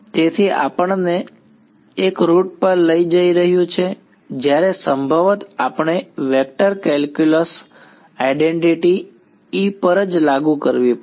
તેથી આ આપણને એક રૂટ પર લઈ જઈ રહ્યું છે જ્યાં સંભવત આપણે વેક્ટર કેલ્ક્યુલસ આઇડેન્ટીટી E પર જ લાગુ કરવી પડશે